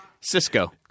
Cisco